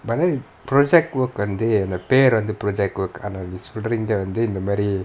but then project work வந்து அந்த பெரு வந்து:vanthu antha peru vanthu project work ஆனா இங்க வந்து இந்த மாரி:aana inga vanthu intha maari